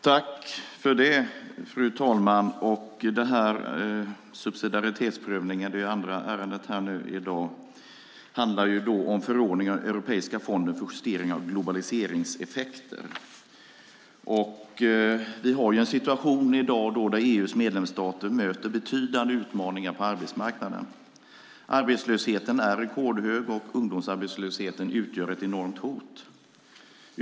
Fru talman! Detta är det andra ärendet i dag om subsidiaritetsprövning. Det handlar om en förordning för Europeiska fonden för justering av globaliseringseffekter. Vi har i dag en situation då EU:s medlemsstater möter betydande utmaningar på arbetsmarknaden. Arbetslösheten är rekordhög, och ungdomsarbetslösheten utgör ett enormt hot.